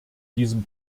diesem